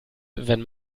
wenn